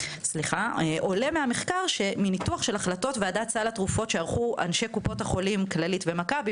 עולה מהמחקר שמניתוח החלטות שערכו אנשי קופות החולים כללית ומכבי,